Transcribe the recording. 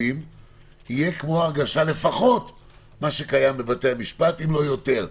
יהיה לפחות כמו ההנגשה בבתי-המשפט אם לא יותר.